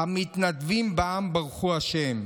"המתנדבים בעם ברכו ה'".